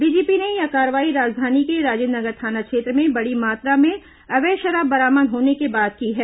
DGP ने यह कार्रवाई राजधानी के राजेन्द्र नगर थाना क्षेत्र में बडी मात्रा में अवैध शराब बरामद होने के बाद की है